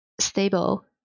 stable